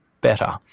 better